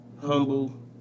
Humble